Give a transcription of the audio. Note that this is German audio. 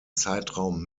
zeitraum